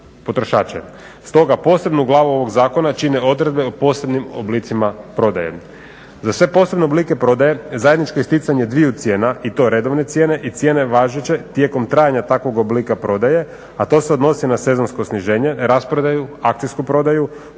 potrošače. Stoga, posebnu glavu ovog zakona čine odredbe o posebnim oblicima prodaje. Za sve posebne oblike prodaje, zajedničko je isticanje dviju cijena i to redovne cijene i cijene važeće tijekom trajanja takvog oblika prodaje, a to se odnosi na sezonsko sniženje, rasprodaju, akcijsku prodaju,